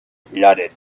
plodded